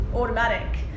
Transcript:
Automatic